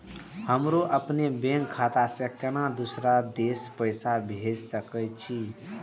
हमरो अपने बैंक खाता से केना दुसरा देश पैसा भेज सके छी?